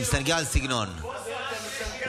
לא להשיב.